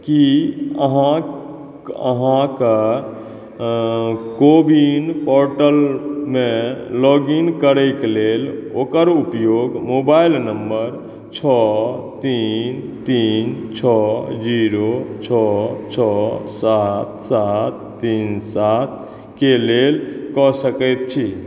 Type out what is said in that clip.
कि अहाँके कोविन पोर्टलमे लोगिन करैके लेल ओकर उपयोग मोबाइल नम्बर छओ तीन तीन छओ जीरो छओ छओ सात सात तीन सात के लेल कऽ सकैत छी